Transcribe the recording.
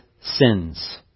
sins